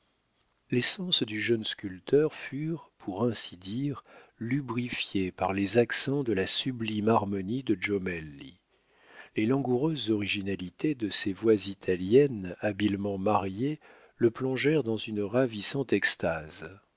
sens du jeune sculpteur furent pour ainsi dire lubrifiés par les accents de la sublime harmonie de jomelli les langoureuses originalités de ces voix italiennes habilement mariées le plongèrent dans une ravissante extase